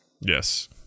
Yes